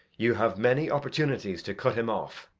you have many opportunities to cut him off.